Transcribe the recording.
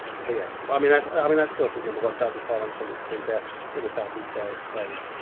so yeah but i mean that's i mean that's still a big number, one thousand five hundred and seventy two deaths in the south east area,